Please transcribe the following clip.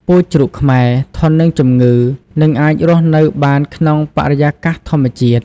ពូជជ្រូកខ្មែរ ធន់នឹងជំងឺ និងអាចរស់នៅបានក្នុងបរិយាកាសធម្មជាតិ។